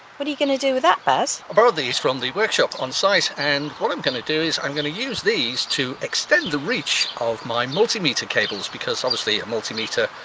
what are you gonna do with that baz? i borrowed these from the workshop on site and what i'm gonna do is i'm gonna use these to extend the reach of my multimetre cables because obviously a multimetre